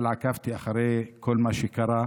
אבל עקבתי אחרי כל מה שקרה.